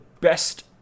best